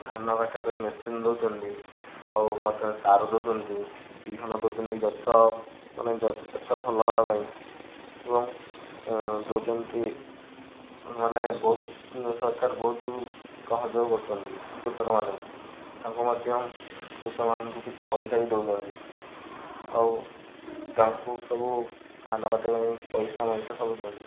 ଧାନ କାଟିବା ପାଇଁ ମେସିନ ଦଉଛନ୍ତି ଆଉ ମଧ୍ୟ ସାର ଦଉଛନ୍ତି ବିହନ ଦଉଛନ୍ତି ଗଛ ମାନେ ଗଛ ଭଲ ହବା ପାଇଁ ଏବଂ ଦଉଛନ୍ତି ମାନେ ବହୁତ ସରକାର ବହୁତ ସହଯୋଗ କରୁଛନ୍ତି କୃଷକମାନଙ୍କୁ ତାଙ୍କୁ ମଧ୍ୟ କୃଷକମାନଙ୍କୁ କିଛି ପଇସା ବି ଦଉଛନ୍ତି ଆଉ ତାଙ୍କୁ ସବୁ ଧାନ କାଟିବା ପାଇଁ ପଇସା ଫଇସା ସବୁ ଦିଅନ୍ତି